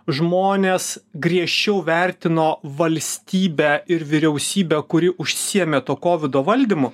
žmonės griežčiau vertino valstybę ir vyriausybę kuri užsiėmė to kovido valdymu